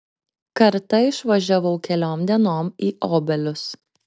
kartą išvažiavau keliom dienom į obelius